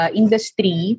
industry